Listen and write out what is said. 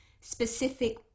specific